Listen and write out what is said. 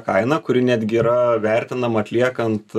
kainą kuri netgi yra vertinama atliekant